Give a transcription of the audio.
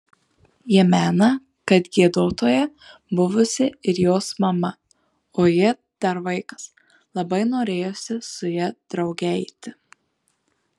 ji mena kad giedotoja buvusi ir jos mama o ji dar vaikas labai norėjusi su ja drauge eiti